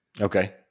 Okay